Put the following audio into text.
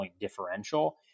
differential